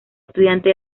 estudiante